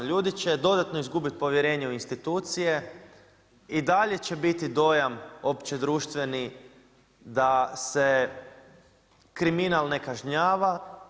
Ljudi će dodatno izgubiti povjerenje u institucije, i dalje će biti dojam općedruštveni da se kriminal ne kažnjava.